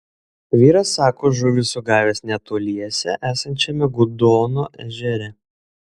vyras sako žuvį sugavęs netoliese esančiame gudono ežere